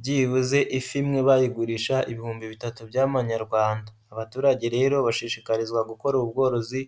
byibuze ifi imwe bayigurisha ibihumbi bitatu by'amaNyarwanda. Abaturage rero bashishikarizwa gukora ubu bworozi